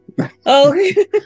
Okay